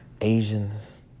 Asians